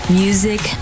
music